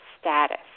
status